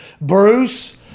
Bruce